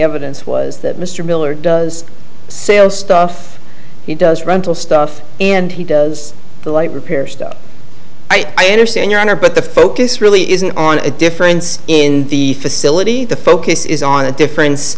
evidence was that mr miller does sales stuff he does rental stuff and he does the light repair stuff i understand your honor but the focus really isn't on the difference in the facility the focus is on a difference